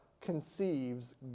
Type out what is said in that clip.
conceives